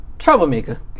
Troublemaker